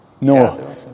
No